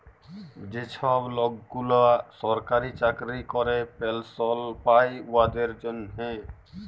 যে ছব লকগুলা সরকারি চাকরি ক্যরে পেলশল পায় উয়াদের জ্যনহে